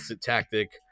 tactic